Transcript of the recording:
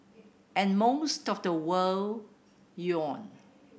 and most of the world yawned